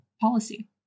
policy